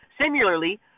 Similarly